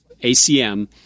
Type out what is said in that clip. ACM